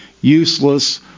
useless